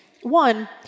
One